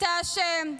אתה אשם.